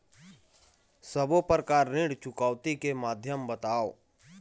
सब्बो प्रकार ऋण चुकौती के माध्यम बताव?